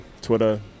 twitter